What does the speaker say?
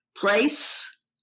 place